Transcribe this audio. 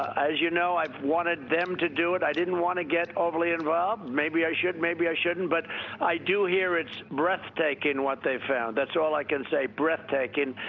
as you know, i wanted them to do it. i didn't want to get overly involved. maybe i should, maybe i shouldn't, but i do hear it's breathtaking, what they've found. that's all i can say, breathtaking.